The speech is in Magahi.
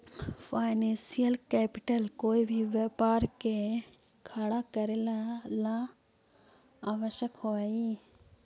फाइनेंशियल कैपिटल कोई भी व्यापार के खड़ा करेला ला आवश्यक होवऽ हई